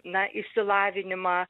na išsilavinimą